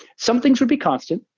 some things would be constant.